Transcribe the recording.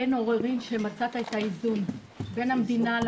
אין עוררין על כך שמצאת את האיזון בין המדינה,